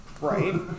Right